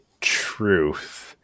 truth